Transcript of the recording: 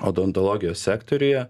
odontologijos sektoriuje